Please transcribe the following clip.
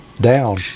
down